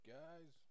guys